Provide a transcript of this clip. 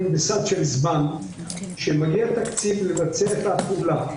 בסד של זמן כשמגיע תקציב לבצע את הפעולה,